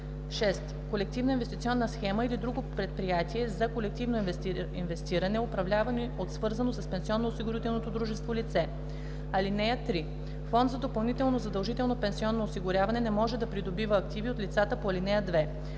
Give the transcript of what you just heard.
6. колективна инвестиционна схема или друго предприятие за колективно инвестиране, управлявани от свързано с пенсионноосигурителното дружество лице. (3) Фонд за допълнително задължително пенсионно осигуряване не може да придобива активи от лицата по ал. 2.